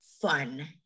fun